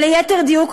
או ליתר דיוק,